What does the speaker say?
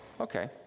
Okay